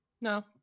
No